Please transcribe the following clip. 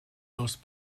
most